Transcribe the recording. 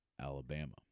Alabama